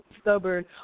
stubborn